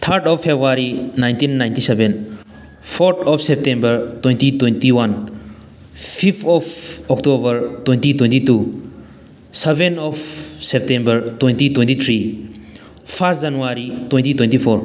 third of February nineteen ninety seven fourth of September twenty twenty one fifth of October twenty twenty two seven of September twenty twenty three first January twenty twenty four